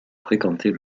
fréquenter